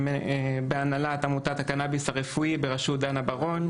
בהנהלת עמותת הקנביס הרפואי, בראשות דנה בראון.